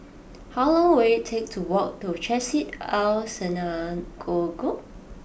how long will it take to walk to Chesed El Synagogue